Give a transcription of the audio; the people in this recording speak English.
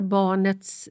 barnets